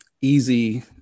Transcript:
easy